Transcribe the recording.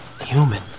human